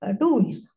tools